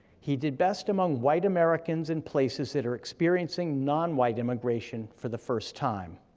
he did best among white americans in places that are experiencing non-white immigration for the first time.